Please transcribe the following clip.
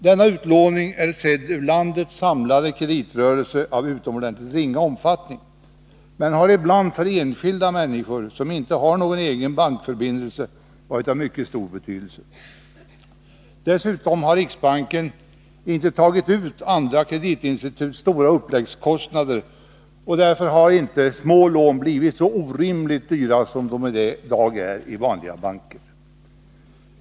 Denna utlåning är, sedd mot landets samlade kreditrörelse, av utomordentligt ringa omfattning, men den har ibland för enskilda människor som inte har någon egen bankförbindelse varit av stor betydelse. Dessutom har riksbanken inte tagit ut andra kreditinstituts stora uppläggskostnader, som gjort smålån orimligt dyra i vanliga banker.